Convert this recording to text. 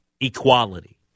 Equality